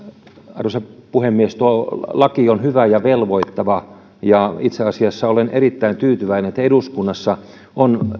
arvoisa puhemies tuo laki on hyvä ja velvoittava ja itse asiassa olen erittäin tyytyväinen että eduskunnassa on